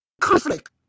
conflict